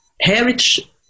Heritage